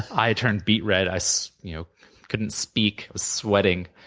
i turned beat red. i so you know couldn't speak, sweating,